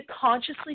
consciously